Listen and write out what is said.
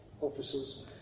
officers